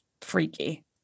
freaky